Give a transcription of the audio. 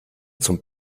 zum